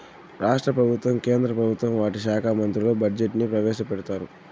రాష్ట్ర ప్రభుత్వం కేంద్ర ప్రభుత్వం వాటి శాఖా మంత్రులు బడ్జెట్ ని ప్రవేశపెడతారు